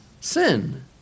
sin